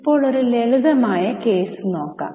ഇപ്പോൾ ഒരു ലളിതമായ കേസ് നോക്കാം